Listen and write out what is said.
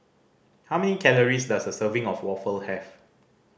how many calories does a serving of waffle have